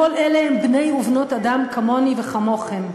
כל אלה הם בני ובנות אדם כמוני וכמוכם.